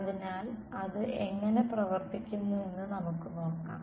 അതിനാൽ അത് എങ്ങനെ പ്രവർത്തിക്കുന്നുവെന്ന് നമുക്ക് നോക്കാം